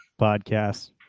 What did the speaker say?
podcast